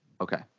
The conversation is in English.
Okay